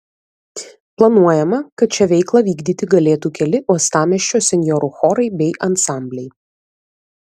planuojama kad čia veiklą vykdyti galėtų keli uostamiesčio senjorų chorai bei ansambliai